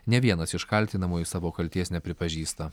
ne vienas iš kaltinamųjų savo kaltės nepripažįsta